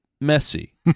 messy